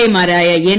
A മാരായ N